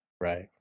right